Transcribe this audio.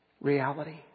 reality